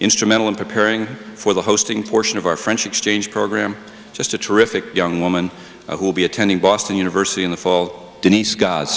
instrumental in preparing for the hosting portion of our french exchange program just a terrific young woman who will be attending boston university in the fall denise g